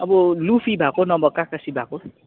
अब लुफी भएको नभए काकाफी भएको